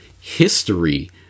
history